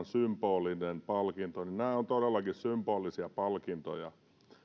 symbolinen palkinto niin nämä ovat todellakin symbolisia palkintoja